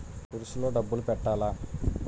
Purse లో డబ్బులు పెట్టలా?